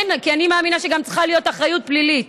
כי אני מאמינה שגם צריכה להיות אחריות פלילית,